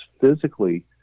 physically